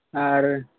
ᱟᱨ